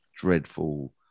Dreadful